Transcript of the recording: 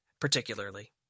particularly